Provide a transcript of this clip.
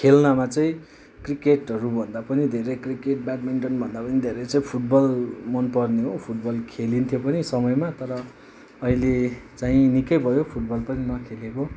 खेल्नमा चाहिँ क्रिकेटहरूभन्दा पनि धेरै क्रिकेट ब्याडमिन्टनभन्दा पनि धेरै चाहिँ फुटबल मनपर्ने हो फुटबल खेलिन्थ्यो पनि समयमा तर अहिले चाहिँ निकै भयो हौ फुटबल पनि नखेलेको